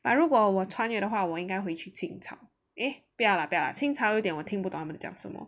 but 如果我穿越的话我应该回去清朝 eh 不要啦不要啦清朝有点我听不懂他们在讲什么